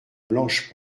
blanche